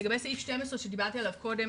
לגבי סעיף 12 שדיברתי עליו קודם,